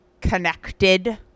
connected